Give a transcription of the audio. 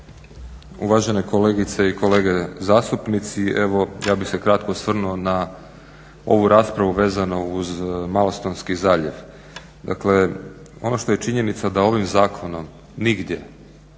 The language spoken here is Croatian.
Uvaženi kolegice i kolege zastupnici. Evo ja bih se kratko osvrnuo na ovu raspravu vezano uz Malostonski zaljev. Dakle ono što je činjenica da ovim zakonom nigdje